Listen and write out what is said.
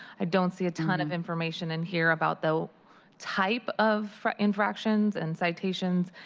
i don't see a ton of information in here about the type of infractions and citations,